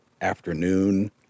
afternoon